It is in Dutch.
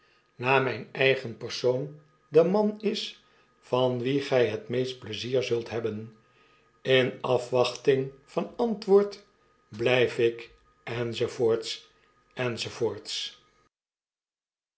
na myn eigen persoon de man is van wien gy het meeste pleizier zult hebbeiv in afwachting van antwoord blyf ik